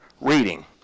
reading